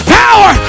power